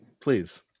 Please